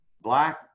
black